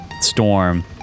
storm